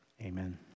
amen